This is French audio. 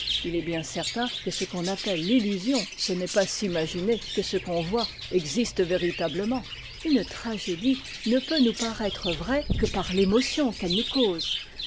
il est bien certain que ce qu'on appette l'illusion ce n'est pas s'imaginer que ce qu'on voit existe véritablement une tragédie ne peut nous paraître vraie que par l'émotion qu'elle nous cause